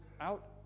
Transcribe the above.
out